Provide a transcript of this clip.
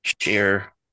share